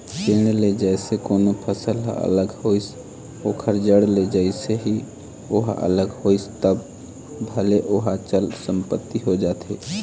पेड़ ले जइसे कोनो फसल ह अलग होइस ओखर जड़ ले जइसे ही ओहा अलग होइस तब भले ओहा चल संपत्ति हो जाही